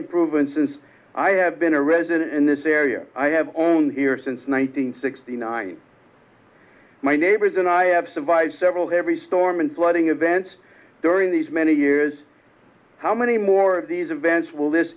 improvements since i have been a resident in this area i have owned here since one nine hundred sixty nine my neighbors and i have survived several heavy storm and flooding events during these many years how many more of these events will